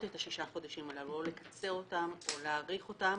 את השישה חודשים הללו או לקצר אותם או להאריך אותם,